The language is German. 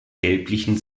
gelblichen